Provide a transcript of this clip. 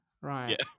right